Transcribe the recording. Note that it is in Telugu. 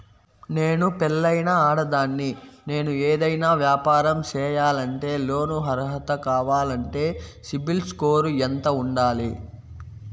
నేను పెళ్ళైన ఆడదాన్ని, నేను ఏదైనా వ్యాపారం సేయాలంటే లోను అర్హత కావాలంటే సిబిల్ స్కోరు ఎంత ఉండాలి?